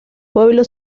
pueblo